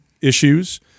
issues